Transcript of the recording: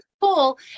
cool